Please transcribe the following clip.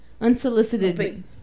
Unsolicited